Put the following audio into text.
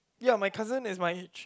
ya my cousin is my age